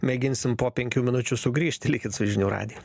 mėginsim po penkių minučių sugrįžti likit su žinių radiju